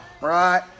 Right